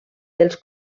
dels